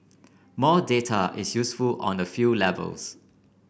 more data is useful on a few levels